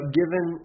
given